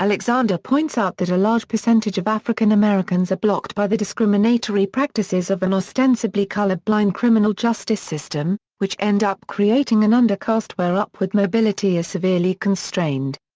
alexander points out that a large percentage of african americans are blocked by the discriminatory practices of an ostensibly colorblind criminal justice system, which end up creating an undercaste where upward mobility is severely constrained.